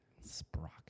Sprocket